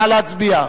נא להצביע.